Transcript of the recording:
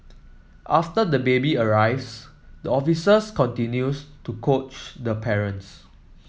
after the baby arrives the officers continues to coach the parents